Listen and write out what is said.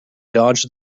dodged